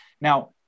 now